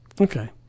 Okay